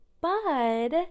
bud